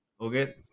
Okay